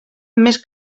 més